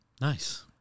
nice